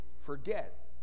forget